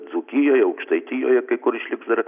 dzūkijoje aukštaitijoje kai kur išliks dar